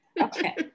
Okay